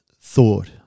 thought